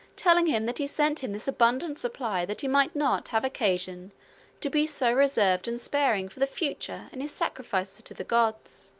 telling him that he sent him this abundant supply that he might not have occasion to be so reserved and sparing for the future in his sacrifices to the gods.